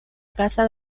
casa